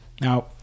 Now